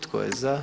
Tko je za?